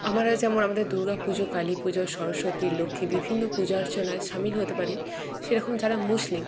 আমরা যেমন আমাদের দুর্গা পুজো কালী পুজো সরস্বতী লক্ষ্মী বিভিন্ন পূজার্চনায় শামিল হতে পারি সেরকম যারা মুসলিম